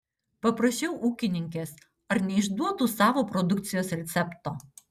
paprašiau ūkininkės ar neišduotų savo produkcijos recepto